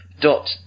Dot